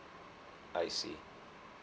I see